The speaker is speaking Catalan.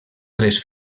tres